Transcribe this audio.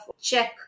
check